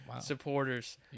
supporters